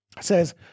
says